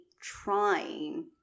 trying